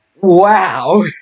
Wow